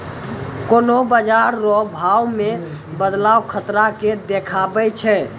कोन्हों बाजार रो भाव मे बदलाव खतरा के देखबै छै